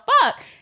fuck